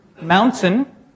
Mountain